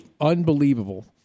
unbelievable